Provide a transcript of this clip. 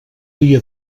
dia